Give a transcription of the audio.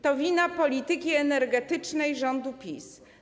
To wina polityki energetycznej rządu PiS.